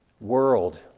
world